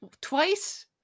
twice